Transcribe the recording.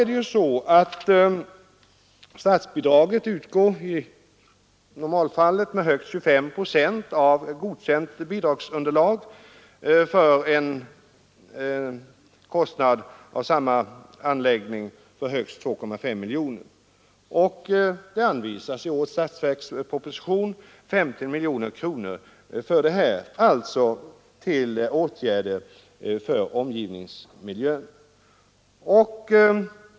Statsbidrag utgår för närvarande i normalfallet med högst 25 procent av godkänt bidragsunderlag för en kostnad inom samma anläggning av högst 2,5 miljoner kronor. Det anvisas i årets statsverksproposition 50 miljoner kronor till åtgärder för omgivningsmiljön.